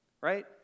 right